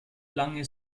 lange